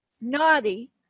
naughty